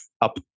up